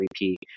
repeat